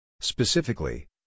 Specifically